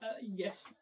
Yes